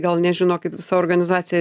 gal nežino kaip visa organizacija